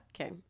okay